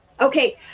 Okay